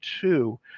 two